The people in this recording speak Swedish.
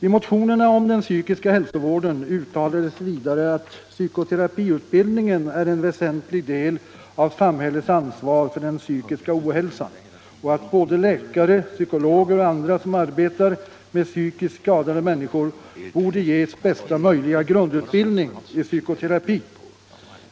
I motionerna om den psykiska hälsovården uttalades vidare att psykoterapiutbildningen är en väsentlig del av samhällets ansvar för den psykiska ohälsan och att både läkare, psykologer och andra som arbetar med psykiskt skadade människor borde ges bästa möjliga grundutbildning i psykoterapi.